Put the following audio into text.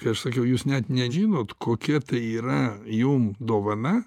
kai aš sakiau jūs net nežinot kokia tai yra jum dovana